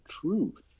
truth